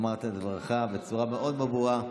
אמרת את דברך בצורה מאוד מאוד ברורה.